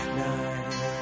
night